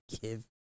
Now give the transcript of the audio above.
give